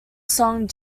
song